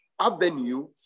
avenue